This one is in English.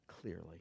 clearly